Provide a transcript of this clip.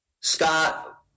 Scott